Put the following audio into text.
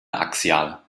axial